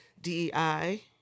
DEI